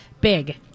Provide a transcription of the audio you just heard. big